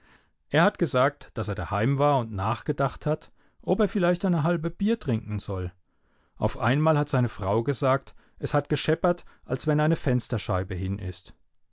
er hat gesagt daszlig er daheim war und nachgedacht hat ob er vielleicht eine halbe bier trinken soll auf einmal hat seine frau gesagt es hat gescheppert als wenn eine fensterscheibe hin ist